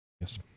Yes